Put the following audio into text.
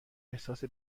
احساس